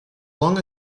long